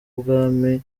ubwami